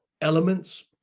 elements